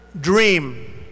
dream